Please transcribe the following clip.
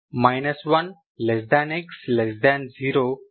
1 x 0